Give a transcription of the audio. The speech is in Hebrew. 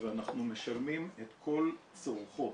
ואנחנו משלמים את כל צורכו.